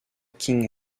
king